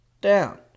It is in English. down